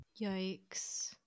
Yikes